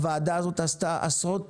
הוועדה הזאת עשתה עשרות